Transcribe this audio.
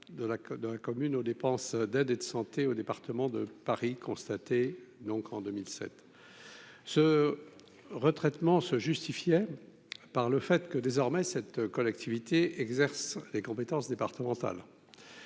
de la commune aux dépenses d'aide et de santé au département de Paris constaté donc en 2007, ce retraitement se justifiait par le fait que désormais cette collectivité exerce des compétences départementales